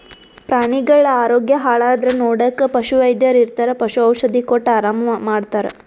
ಪ್ರಾಣಿಗಳ್ ಆರೋಗ್ಯ ಹಾಳಾದ್ರ್ ನೋಡಕ್ಕ್ ಪಶುವೈದ್ಯರ್ ಇರ್ತರ್ ಪಶು ಔಷಧಿ ಕೊಟ್ಟ್ ಆರಾಮ್ ಮಾಡ್ತರ್